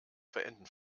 verenden